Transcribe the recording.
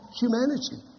humanity